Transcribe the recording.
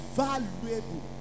valuable